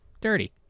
dirty